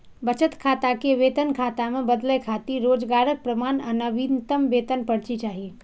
बचत खाता कें वेतन खाता मे बदलै खातिर रोजगारक प्रमाण आ नवीनतम वेतन पर्ची चाही